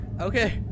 Okay